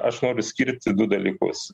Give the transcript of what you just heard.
aš noriu skirti du dalykus